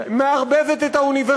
או אולי מה שאתם מציעים זה שהאוניברסיטאות